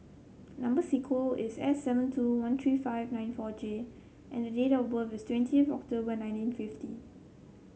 number sequence is S seven two one three five nine four J and date of birth is twentieth of October nineteen fifty